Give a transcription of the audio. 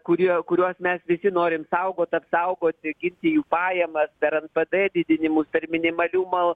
kuriuo kuriuos mes visi norim saugot apsaugot ginti jų pajamas per npd didinimus per minimalių mal